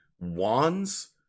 wands